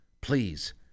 please